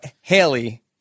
Haley